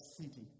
city